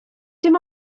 dim